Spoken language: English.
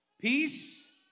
Peace